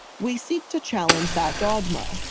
we seek to challenge that dogma.